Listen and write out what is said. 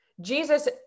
Jesus